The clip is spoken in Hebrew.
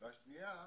והשנייה,